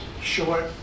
short